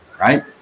right